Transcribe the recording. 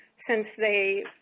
since they,